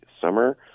summer